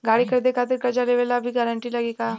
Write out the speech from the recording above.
गाड़ी खरीदे खातिर कर्जा लेवे ला भी गारंटी लागी का?